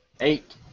Eight